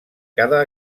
cada